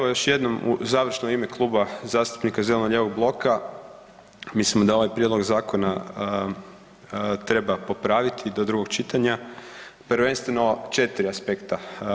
Pa evo još jednom u završno ime Kluba zastupnika zeleno-lijevog bloka mislimo da ovaj Prijedlog zakona treba popraviti do drugog čitanja prvenstveno 4 aspekta.